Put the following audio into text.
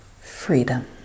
freedom